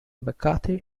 mccarthy